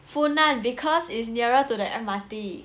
funan because it's nearer to the M_R_T